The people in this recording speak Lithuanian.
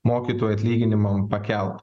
mokytojų atlyginimam pakelt